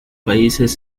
países